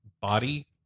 body